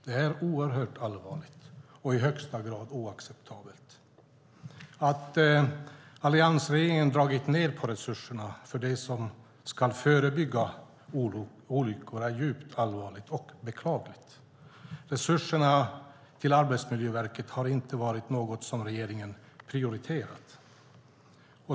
Det här är oerhört allvarligt och i högsta grad oacceptabelt. Att alliansregeringen dragit ned på resurserna för det som ska förebygga olyckor är djupt allvarligt och beklagligt. Resurserna till Arbetsmiljöverket har inte varit något som regeringen prioriterat.